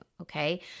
okay